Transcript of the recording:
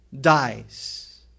dies